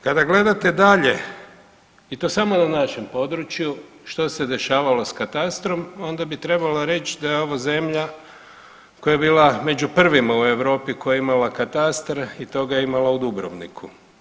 Kada gledate dalje i to samo na našem području što se dešavalo sa katastrom, onda bi trebalo reći da je ovo zemlja koja je bila među prvima u Europi koja je imala katastar i to ga je imala u Dubrovniku.